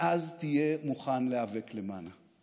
ואז תהיה מוכן להיאבק למענה.